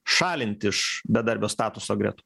šalint iš bedarbio statuso gretų